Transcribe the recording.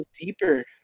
deeper